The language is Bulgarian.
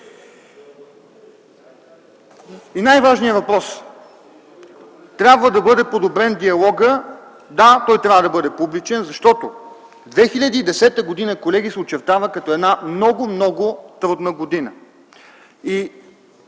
И най-важният въпрос – трябва да бъде подобрен диалогът. Да, той трябва да бъде публичен, защото в 2010 г., колеги, се очертава като една много, много трудна година. И